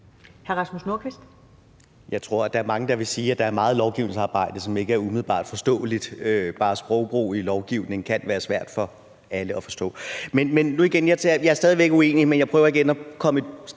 Jeg tror, at der er mange, der vil sige, at der er meget lovgivningsarbejde, som ikke er umiddelbart forståeligt. Bare sprogbrug i lovgivningen kan være svær for alle at forstå. Men igen: Jeg er stadig væk uenig, men jeg prøver igen at komme et skridt